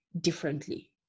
differently